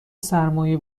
سرمایه